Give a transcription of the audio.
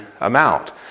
amount